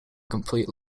complete